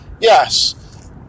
Yes